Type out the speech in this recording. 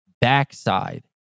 backside